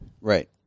Right